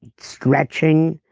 stretching,